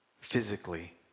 physically